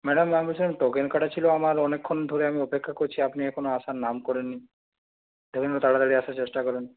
madam আমি বলছিলাম token কাটা ছিল আমার অনেকক্ষণ ধরে আমি অপেক্ষা করছি আপনি এখনও আসার নাম করেননি দেখুন না তাড়াতাড়ি আসার চেষ্টা করুন